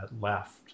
left